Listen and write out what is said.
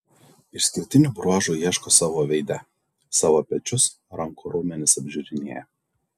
išskirtinių bruožų ieško savo veide savo pečius rankų raumenis apžiūrinėja